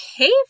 okay